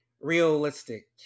realistic